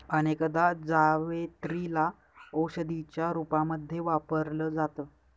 अनेकदा जावेत्री ला औषधीच्या रूपामध्ये वापरल जात